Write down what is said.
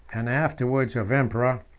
and afterwards of emperor,